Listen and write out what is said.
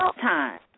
time